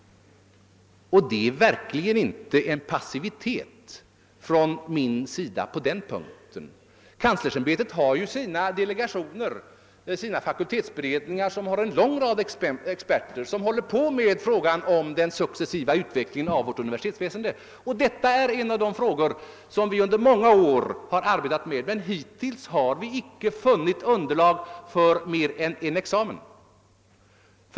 Och det är verkligen inte en passivitet från min sida på den punkten. Kanslersämbetet har ju sina delegationer, sina fakultetsberedningar, med en lång rad experter som sysslar med frågan om den successiva utvecklingen av vårt universitetsväsende. Det är en av de frågor som vi under många år har arbetat med, men hittills har vi inte funnit underlag för mer än en examen.